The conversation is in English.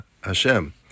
Hashem